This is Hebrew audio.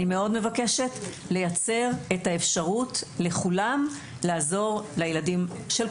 אני מאוד מבקשת לייצר את האפשרות לכולם לעזור לילדים של כולנו.